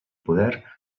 poder